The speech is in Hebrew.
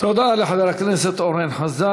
תודה לחבר הכנסת אורן חזן.